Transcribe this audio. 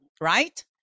right